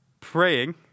praying